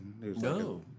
No